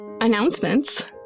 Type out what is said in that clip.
Announcements